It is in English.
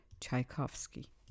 Tchaikovsky